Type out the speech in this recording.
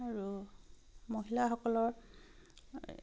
আৰু মহিলাসকলৰ